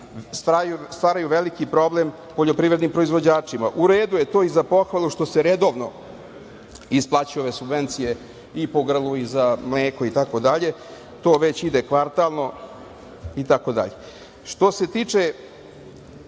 stvaraju veliki problem poljoprivrednim proizvođačima. U redu je to i za pohvalu što se redovno isplaćuju ove subvencije i po grlu i za mleko, itd, to već ide kvartalno, itd. Što se tiče